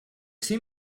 seam